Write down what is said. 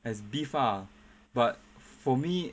as beef ah but for me